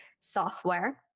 software